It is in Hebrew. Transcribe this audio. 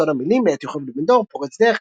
"סוד המילים" מאת יוכבד בן-דור פורץ דרך,